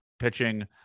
Pitching –